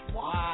Wow